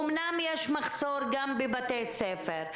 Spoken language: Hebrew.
אומנם יש מחסור גם בבתי ספר.